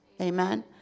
Amen